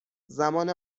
زمان